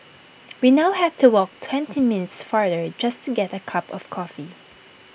we now have to walk twenty minutes farther just to get A cup of coffee